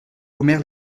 omer